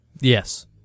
Yes